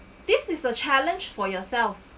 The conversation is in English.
this is a challenge for yourself